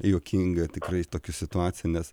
juokinga tikrai tokia situacija nes